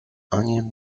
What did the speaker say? onion